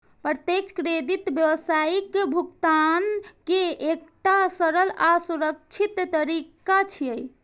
प्रत्यक्ष क्रेडिट व्यावसायिक भुगतान के एकटा सरल आ सुरक्षित तरीका छियै